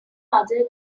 other